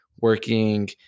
working